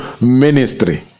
ministry